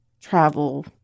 travel